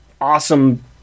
awesome